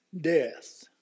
death